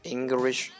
English